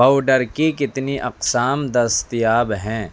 powder کی کتنی اقسام دستیاب ہیں